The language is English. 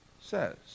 says